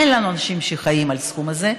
אין לנו אנשים שחיים על הסכום הזה,